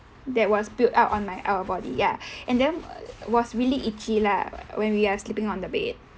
that was built up on my our body ya and then was really itchy lah when we are sleeping on the bed